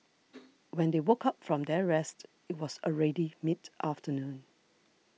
when they woke up from their rest it was already mid afternoon